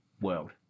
world